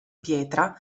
pietra